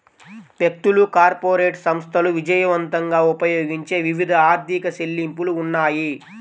వ్యక్తులు, కార్పొరేట్ సంస్థలు విజయవంతంగా ఉపయోగించే వివిధ ఆర్థిక చెల్లింపులు ఉన్నాయి